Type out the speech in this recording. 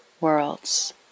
worlds